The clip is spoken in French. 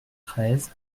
treize